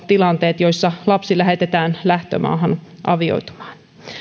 tilanteet joissa lapsi lähetetään lähtömaahan avioitumaan